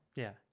yeah,